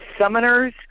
summoners